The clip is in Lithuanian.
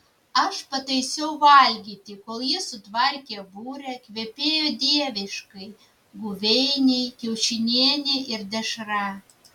aš pataisiau valgyti kol jis sutvarkė burę kvepėjo dieviškai guveiniai kiaušinienė ir dešra